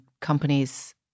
companies